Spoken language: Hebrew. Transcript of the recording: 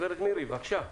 בבקשה.